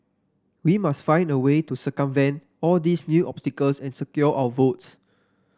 we must find a way to circumvent all these new obstacles and secure our votes